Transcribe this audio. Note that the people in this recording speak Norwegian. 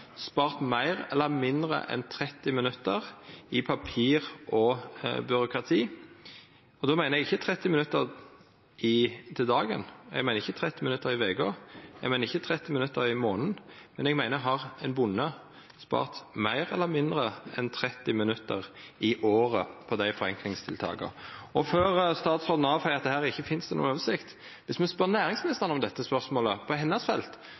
spart meir eller mindre enn 30 minutt i papirarbeid og byråkrati? Og då meiner eg ikkje 30 minutt om dagen, eg meiner ikkje 30 minutt i veka, eg meiner ikkje 30 minutt i månaden, men eg meiner: Har ein bonde spart meir eller mindre enn 30 minutt i året på dei forenklingstiltaka? Og før statsråden feier dette bort og seier at her finst det ikkje noka oversikt: Dersom me stiller næringsministeren dette spørsmålet, på hennar felt,